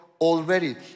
already